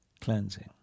cleansing